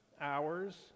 hours